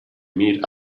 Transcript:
meet